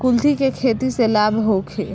कुलथी के खेती से लाभ होखे?